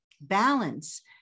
balance